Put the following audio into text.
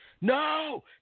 No